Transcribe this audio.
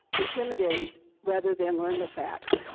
intimidate rather than learn the facts.